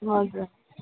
हजुर